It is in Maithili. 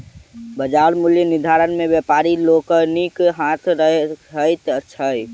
बाजार मूल्य निर्धारण मे व्यापारी लोकनिक हाथ रहैत छै